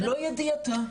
ללא ידיעתה.